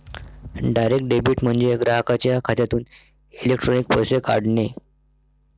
direct debit म्हणजे ग्राहकाच्या खात्यातून इलेक्ट्रॉनिक पैसे काढणे